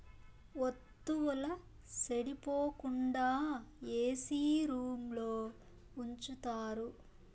వత్తువుల సెడిపోకుండా ఏసీ రూంలో ఉంచుతారు